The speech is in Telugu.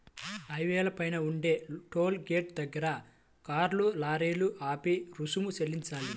హైవేల పైన ఉండే టోలు గేటుల దగ్గర కార్లు, లారీలు ఆపి రుసుము చెల్లించాలి